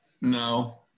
No